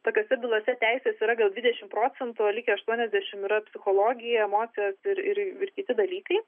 tokiose bylose teisės yra gal dvidešimt procentų o likę aštuoniasdešimt yra psichologija emocijos ir ir kiti dalykai